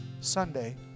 Sunday